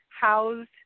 housed